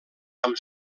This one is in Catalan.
amb